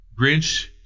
Grinch